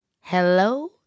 hello